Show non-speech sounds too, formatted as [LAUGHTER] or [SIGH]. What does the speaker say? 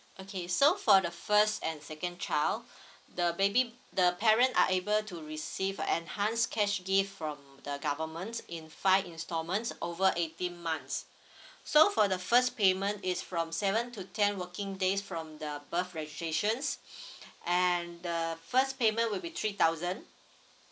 okay so for the first and second child the baby the parent are able to receive a enhance cash gift from the government in five instalments over eighteen months so for the first payment is from seven to ten working days from the birth registrations [BREATH] and the first payment will be three thousand